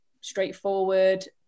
straightforward